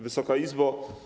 Wysoka Izbo!